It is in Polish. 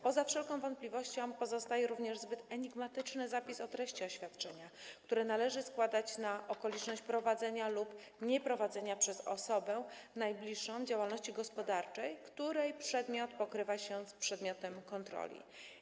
Poza wszelką wątpliwością pozostaje również to, iż zbyt enigmatyczny jest zapis o treści oświadczenia, które należy składać na okoliczność prowadzenia lub nieprowadzenia przez osobę najbliższą działalności gospodarczej, której przedmiot pokrywa się z przedmiotem kontroli.